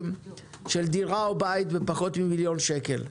של דירה או בית בפחות ממיליון שקל.